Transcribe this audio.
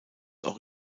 auch